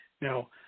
Now